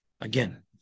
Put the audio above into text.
Again